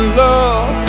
love